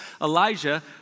Elijah